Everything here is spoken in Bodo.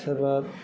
सोरबा